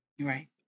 Right